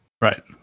Right